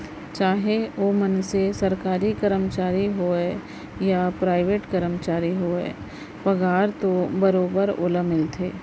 चाहे ओ मनसे सरकारी कमरचारी होवय या पराइवेट करमचारी होवय पगार तो बरोबर ओला मिलथे